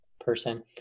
person